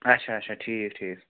اچھا اچھا ٹھیٖک ٹھیٖک